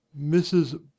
Mrs